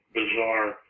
bizarre